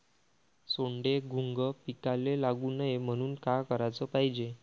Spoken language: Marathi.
सोंडे, घुंग पिकाले लागू नये म्हनून का कराच पायजे?